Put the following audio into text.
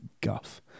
guff